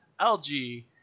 LG